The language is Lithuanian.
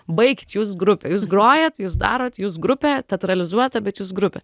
baikit jūs grupė jūs grojat jūs darot jūs grupė teatralizuotą bet jūs grupė